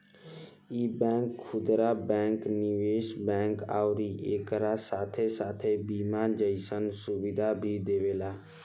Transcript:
इ बैंक खुदरा बैंक, निवेश बैंक अउरी एकरा साथे साथे बीमा जइसन सुविधा भी देवेला